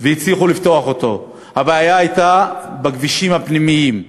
הצליחו לפתוח אותו, הבעיה הייתה בכבישים הפנימיים.